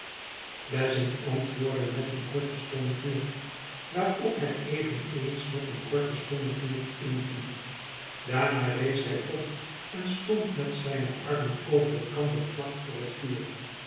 pleasant antwoordde met een korten stommen knik waarop hij eveneens met een korten stommen knik inviel daarna rees hij op en stond met zijne armen over elkander vlak voor het vuur